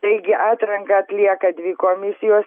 taigi atranką atlieka dvi komisijos